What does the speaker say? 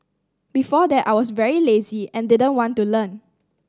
before that I was very lazy and didn't want to learn